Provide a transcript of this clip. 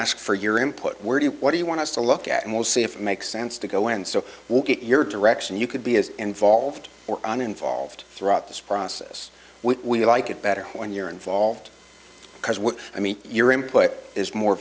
ask for your input where do you what do you want us to look at and we'll see if it makes sense to go and so we'll get your direction you could be as involved or on involved throughout this process we like it better when you're involved because what i mean you're input is more